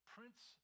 Prince